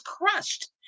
crushed